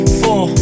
four